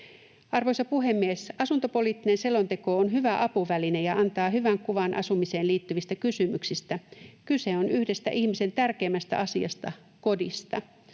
Arvoisa puhemies! Asuntopoliittinen selonteko on hyvä apuväline ja antaa hyvän kuvan asumiseen liittyvistä kysymyksistä. Kyse on yhdestä ihmisen tärkeimmästä asiasta, kodista.